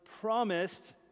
promised